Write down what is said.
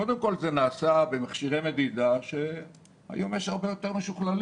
קודם כל זה נעשה במכשירי מדידה שהיום יש הרבה יותר משוכללים.